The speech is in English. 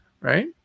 Right